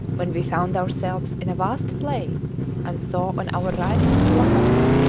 when we found ourselves in a vast plain and saw on our right lhasa,